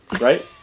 right